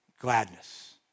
gladness